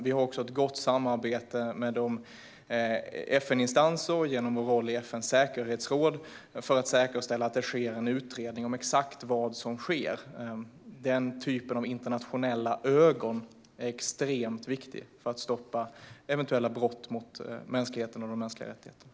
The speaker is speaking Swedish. Vi har också ett gott samarbete med ett antal FN-instanser genom Sveriges roll i FN:s säkerhetsråd för att säkerställa att det sker en utredning om exakt vad som sker. Den typen av internationella ögon är extremt viktig för att stoppa eventuella brott mot mänskligheten och de mänskliga rättigheterna.